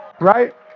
right